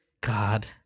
God